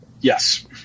Yes